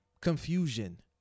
confusion